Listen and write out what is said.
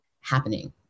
happening